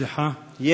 סליחה,